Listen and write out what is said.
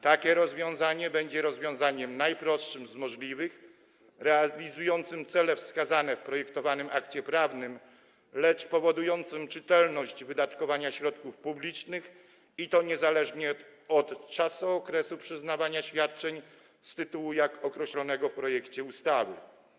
Takie rozwiązanie będzie rozwiązaniem najprostszym z możliwych, realizującym cele wskazane w projektowanym akcie prawnym, lecz powodującym czytelność wydatkowania środków publicznych, i to niezależnie od czasokresu przyznawania świadczeń z tytułu określonego w projekcie ustawy.